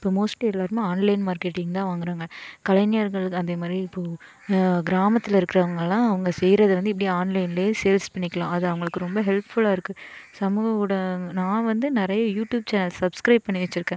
இப்போ மோஸ்ட்லி எல்லாரும் online marketing தான் வாங்குறாங்க கலைஞர்கள் அதே மாதிரி இப்போது கிராமத்தில் இருக்கிறவங்களான் அவங்க செய்கிறது வந்து எப்படி ஆன்லைன்லே சேல்ஸ் பண்ணிக்கலாம் அது அவங்களுக்கு ரொம்ப ஹெல்ப் ஃபுல்லாக இருக்குது சமூக ஊடகங்கள் நான் வந்து நிறைய யூடியூப் சேனல் சப்ஸ்கிரைப் பண்ணி வச்சிருக்கேன்